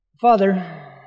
Father